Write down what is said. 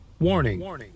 Warning